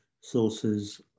sources